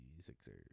Sixers